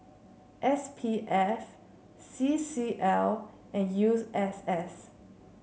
S P F C C L and use S S